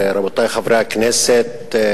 רבותי חברי הכנסת,